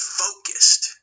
focused